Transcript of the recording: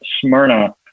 Smyrna